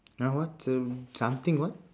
ah what some something what